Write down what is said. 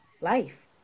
life